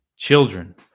Children